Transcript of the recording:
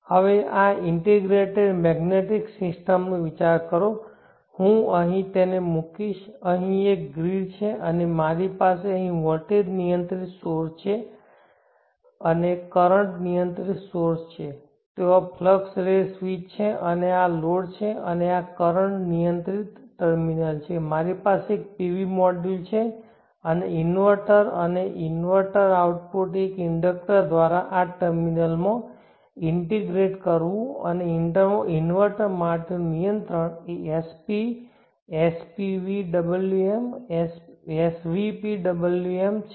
હવે આ integrated magnetic સિસ્ટમનો વિચાર કરો અને હું તેને અહીં મુકીશ અહીં એક ગ્રિડ છે અને મારી પાસે અહીં વોલ્ટેજ નિયંત્રિત સ્રોત છે અને કરંટ નિયંત્રિત સોર્સ છે અને ત્યાં ફ્લક્સ રેટ સ્વીચ છે અને આ લોડ છે અને આ કરંટ નિયંત્રિત ટર્મિનલછે મારી પાસે એક PV મોડ્યુલ છે અને ઇન્વર્ટર અને ઇન્વર્ટર આઉટપુટ એક ઇન્ડક્ટર દ્વારા અને આ ટર્મિનલમાં ઇન્ટિગ્રેટકરવું અને ઇન્વર્ટર માટેનું નિયંત્રણ એ SP SPVWM SVPWM છે